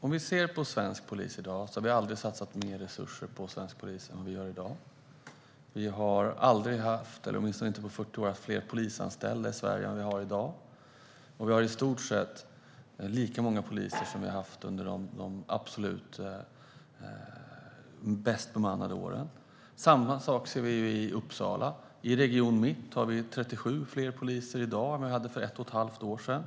Herr talman! Vi har aldrig satsat mer resurser på svensk polis än vad vi gör i dag. Vi har inte på 40 år haft fler polisanställda i Sverige än vad vi har i dag. Vi har i stort sett lika många poliser som vi har haft under de absolut bäst bemannade åren. Samma sak ser vi i Uppsala. I Region Mitt har vi 37 fler poliser i dag än vad vi hade för ett och ett halvt år sedan.